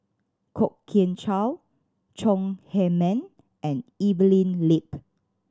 Kwok Kian Chow Chong Heman and Evelyn Lip